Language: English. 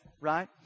right